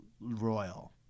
royal